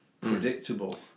predictable